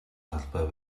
талбай